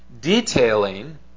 detailing